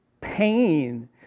pain